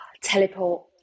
Teleport